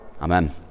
Amen